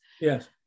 Yes